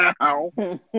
now